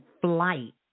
flight